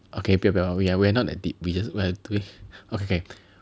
okay 不要不要 we are we're not that deep we just we are we okay